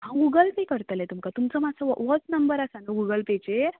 हांव Google Pay करतलें तुमकां तुमचो मातसो होच नंबर आसा नू गुगल पेचेर